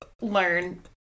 learn